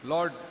Lord